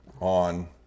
on